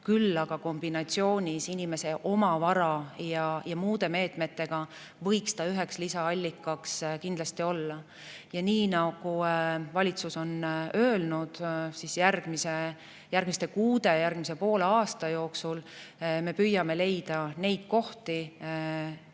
võiks see kombinatsioonis inimese oma vara ja muude meetmetega kindlasti olla üks lisaallikas. Ja nii nagu valitsus on öelnud, järgmiste kuude ja järgmise poole aasta jooksul me püüame leida neid kohti,